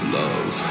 love